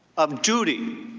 of duty.